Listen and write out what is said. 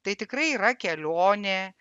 tai tikrai yra kelionė